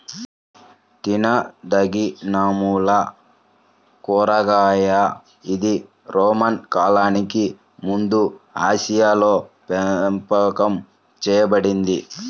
తినదగినమూల కూరగాయ ఇది రోమన్ కాలానికి ముందుఆసియాలోపెంపకం చేయబడింది